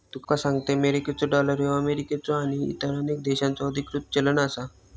तुका सांगतंय, मेरिकेचो डॉलर ह्यो अमेरिकेचो आणि इतर अनेक देशांचो अधिकृत चलन आसा